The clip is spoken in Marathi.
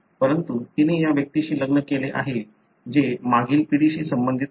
परंतु तिने या व्यक्तीशी लग्न केले आहे जे मागील पिढीशी संबंधित आहे